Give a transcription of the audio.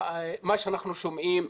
מה שאנחנו שומעים,